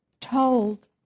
told